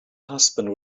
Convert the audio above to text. husband